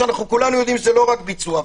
שאנחנו כולנו יודעים שזה לא רק ביצוע.